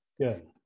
Good